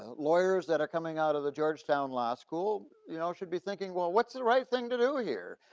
ah lawyers that are coming out of the georgetown law school you know should be thinking, well, what's the right thing to do here.